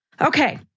Okay